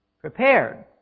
prepared